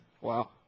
Wow